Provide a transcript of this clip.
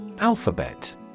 Alphabet